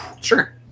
Sure